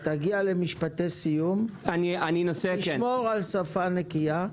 תגיע למשפטי סיום, תשמור על שפה נקייה.